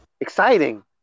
exciting